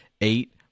eight